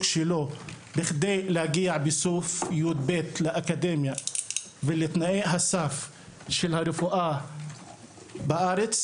שלו כדי להגיע בסוף י"ב לאקדמיה ולתנאי הסף של הרפואה בארץ,